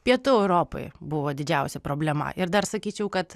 pietų europoje buvo didžiausia problema ir dar sakyčiau kad